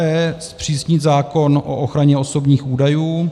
e) Zpřísnit zákon o ochraně osobních údajů;